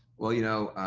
well, you know,